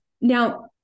now